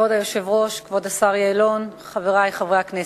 כבוד היושב-ראש, כבוד השר יעלון, חברי חברי הכנסת,